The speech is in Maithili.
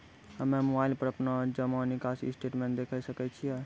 हम्मय मोबाइल पर अपनो जमा निकासी स्टेटमेंट देखय सकय छियै?